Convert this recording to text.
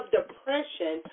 depression